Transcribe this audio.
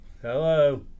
Hello